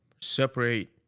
separate